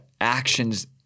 actions